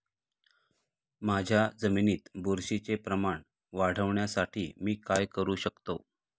माझ्या जमिनीत बुरशीचे प्रमाण वाढवण्यासाठी मी काय करू शकतो?